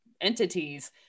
entities